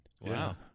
Wow